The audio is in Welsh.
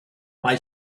mae